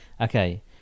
Okay